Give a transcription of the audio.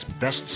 best